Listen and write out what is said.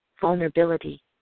vulnerability